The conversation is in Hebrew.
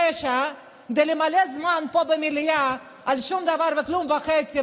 כדי למלא זמן פה במליאה על שום דבר וכלום וחצי,